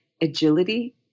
agility